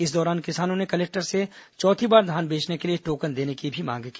इस दौरान किसानों ने कलेक्टर से चौथी बार धान बेचने के लिए टोकन देने की भी मांग की